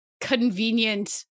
Convenient